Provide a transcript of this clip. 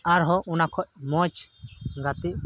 ᱟᱨᱦᱚᱸ ᱚᱱᱟ ᱠᱷᱚᱡ ᱢᱚᱡᱽ ᱜᱟᱛᱮᱜ